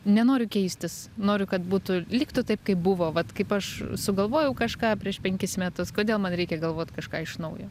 nenoriu keistis noriu kad būtų liktų taip kaip buvo vat kaip aš sugalvojau kažką prieš penkis metus kodėl man reikia galvot kažką iš naujo